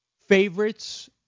Favorites